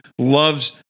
loves